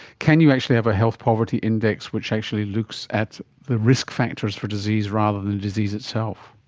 can you actually have a health poverty index which actually looks at the risk factors for disease rather than the disease itself?